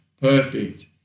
perfect